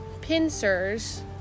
pincers